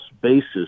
basis